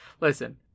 Listen